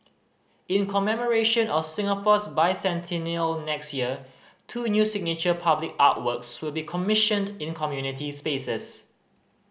in commemoration of Singapore's Bicentennial next year two new signature public artworks will be commissioned in community spaces